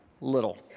little